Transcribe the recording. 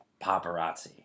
paparazzi